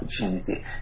opportunity